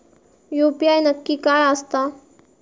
UPI नक्की काय आसता?